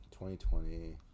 2020